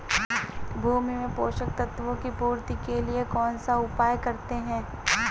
भूमि में पोषक तत्वों की पूर्ति के लिए कौनसा उपाय करते हैं?